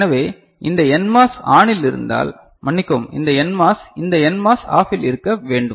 எனவே இந்த NMOS ஆனில் இருந்தால் மன்னிக்கவும் இந்த NMOS இந்த NMOS ஆஃபில் இருக்க வேண்டும்